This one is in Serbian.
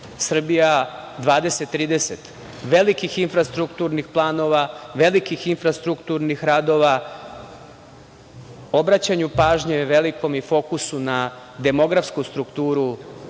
"Srbija 2030", velikih infrastrukturnih planova, velikih infrastrukturnih radova, obraćanju pažnje i fokusu na demografsku strukturu